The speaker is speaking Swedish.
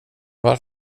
var